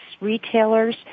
retailers